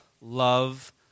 love